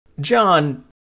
John